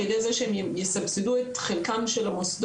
על ידי זה שהם יסבסדו את חלקם של המוסדות.